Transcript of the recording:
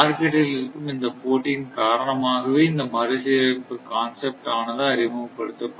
மார்க்கெட்டில் இருக்கும் இந்த போட்டியின் காரணமாகவே இந்த மறுசீரமைப்பு கான்செப்ட் ஆனது அறிமுகப்படுத்தப்பட்டது